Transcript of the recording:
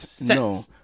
no